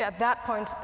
yeah that point,